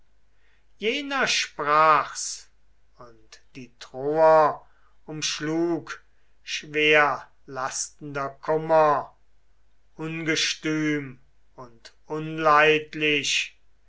jener sprach's und die troer umschlug schwerlastender kummer ungestüm und